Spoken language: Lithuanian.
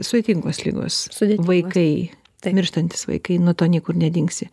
sudėtingos ligos vaikai tai mirštantys vaikai nuo to niekur nedingsi